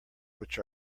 which